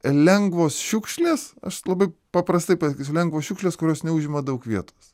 lengvos šiukšlės aš labai paprastai pasakysiu lengvos šiukšlės kurios neužima daug vietos